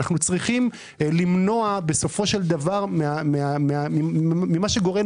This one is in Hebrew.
אנחנו צריכים למנוע בסופו של דבר ממה שגורם